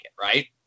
right